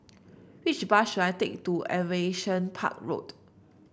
which bus should I take to Aviation Park Road